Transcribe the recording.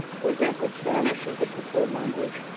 for example, spanish as a preferred language.